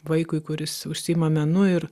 vaikui kuris užsiima menu ir